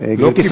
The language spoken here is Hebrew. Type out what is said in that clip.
לא קיבלתי,